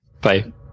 Bye